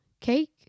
cake